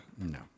No